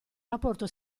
rapporto